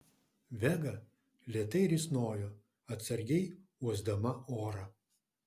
vega lėtai risnojo atsargiai uosdama orą